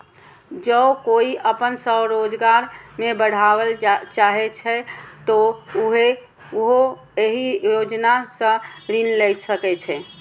जौं कोइ अपन स्वरोजगार कें बढ़ाबय चाहै छै, तो उहो एहि योजना सं ऋण लए सकै छै